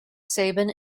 sabin